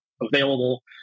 available